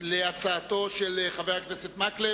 להצעתו של חבר הכנסת מקלב.